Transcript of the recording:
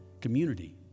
community